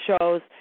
shows